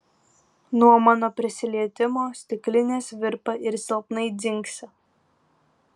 nuo mano prisilietimo stiklinės virpa ir silpnai dzingsi